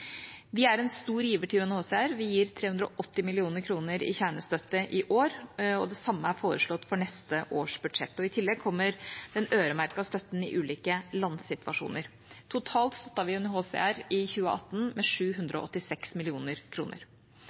Vi er en stor giver til UNHCR. Vi gir 380 mill. kr i kjernestøtte i år, og det samme er foreslått for neste års budsjett. I tillegg kommer den øremerkede støtten i ulike lands situasjoner. Totalt støttet vi UNHCR i 2018 med 786